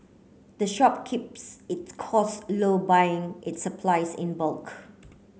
the shop keeps its costs low by buying its supplies in bulk